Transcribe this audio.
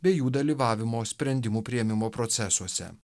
bei jų dalyvavimo sprendimų priėmimo procesuose